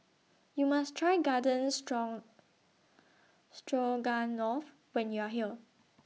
YOU must Try Garden strong Stroganoff when YOU Are here